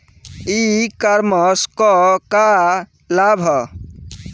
E commerce क का लाभ ह?